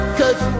cause